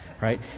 right